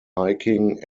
hiking